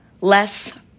less